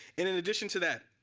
in addition to that